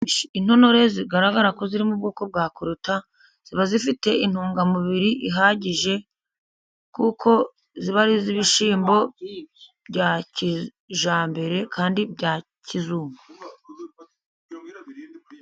Intonore zigaragara ko ziri mu bwoko bwa koruta, ziba zifite intungamubiri ihagije, kuko ziba ari iz'ibishyimbo bya kijyambere, kandi bya kizungu.